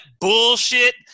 bullshit